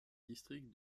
district